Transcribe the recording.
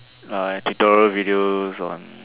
like tutorial videos on